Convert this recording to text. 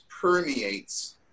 permeates